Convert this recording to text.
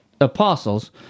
apostles